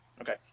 Okay